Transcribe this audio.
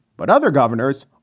but other governors,